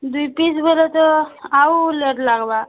ଦୁଇ ପିସ୍ ବୋଲେ ତ ଆଉ ଲେଟ୍ ଲାଗିବା